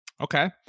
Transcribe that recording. Okay